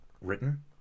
written